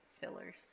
fillers